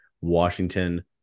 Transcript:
Washington